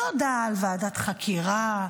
לא הודעה על ועדת חקירה,